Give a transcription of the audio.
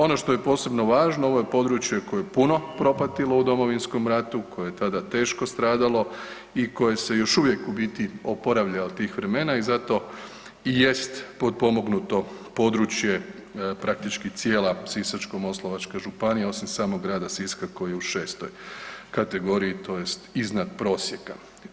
Ono što je posebno važno, ovo je područje koje je puno propatilo u Domovinskom ratu koje je tada teško stradalo i koje se još uvijek u biti oporavlja od tih vremena i zato jest potpomognuto područje praktički cijela Sisačko-moslavačka županija osim samog Grada Siska koji je u 6. kategoriji tj. iznad prosjeka.